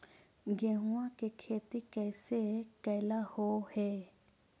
गेहूआ के खेती कैसे कैलहो हे?